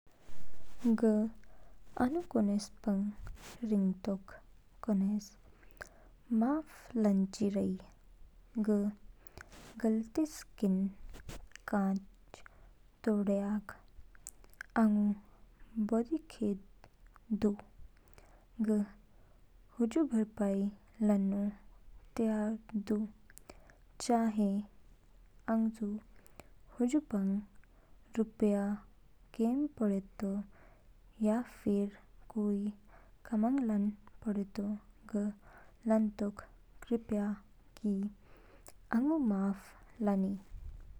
ग आनु कोनेस पंग रिंगतोग कोनेस। माफ़ लानचिराई, ग गलतइस किन कांच तोड्याग। आंगु बोदी खेद दू। ग हुजू भरपाई लानो तैयार दू, चाहे आगजू हजू पंग रुपया केम पड़ेतो या फिर कोई कामंग लानो पड़ेतो ग लानोक। कृपया कि आगजू माफ लानी।